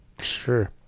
Sure